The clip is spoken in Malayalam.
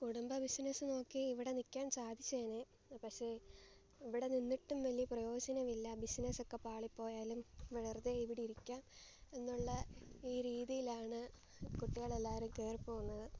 കുടുംബ ബിസിനസ്സ് നോക്കി ഇവിടെ നിൽക്കാൻ സാധിച്ചേനെ പക്ഷേ ഇവിടെ നിന്നിട്ടും വലിയ പ്രയോജനമില്ല ബിസിനസ്സൊക്കെ പാളിപ്പോയാലും വെറുതെ ഇവിടിരിക്കാം എന്നുള്ള ഈ രീതിയിലാണ് കുട്ടികളെല്ലാവരും കയറിപ്പോകുന്നത്